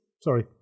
Sorry